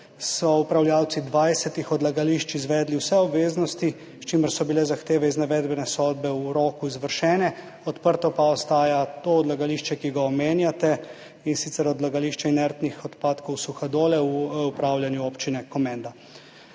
so upravljavci 20 odlagališč izvedli vse obveznosti, s čimer so bile zahteve iz navedene sodbe v roku izvršene, odprto pa ostaja to odlagališče, ki ga omenjate, in sicer odlagališče inertnih odpadkov Suhadole, v upravljanju občine Komenda.